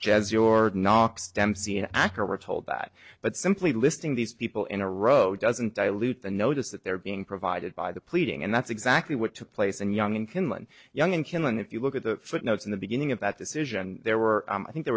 jazz your knocks dempsey and acar were told that but simply listing these people in a row doesn't dilute the notice that they're being provided by the pleading and that's exactly what took place and young in can one young and kill and if you look at the footnotes in the beginning of that decision there were i think there